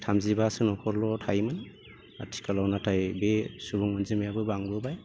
थामजिबासो न'खरल' थायोमोन आथिखालाव नाथाय बे सुबुं अनजिमायाबो बांबोबाय